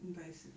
应该是